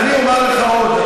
אז אני אומר לך עוד.